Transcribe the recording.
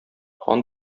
хан